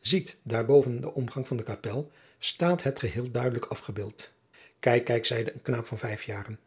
ziet daar boven den omgang van de kapel slaat het geheel geval duidelijk afgebeeld kijk kijk zeide een knaap van vijf jaren